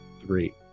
three